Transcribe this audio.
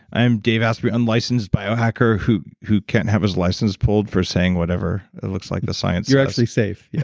i'm dave asprey, unlicensed bio-hacker who who can't have his license pulled for saying whatever it looks like the science does you're actually safe. yeah